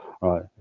right